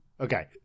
Okay